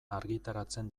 argitaratzen